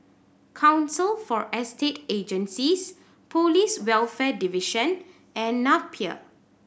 Council for Estate Agencies Police Welfare Division and Napier